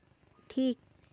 ᱴᱷᱤᱠ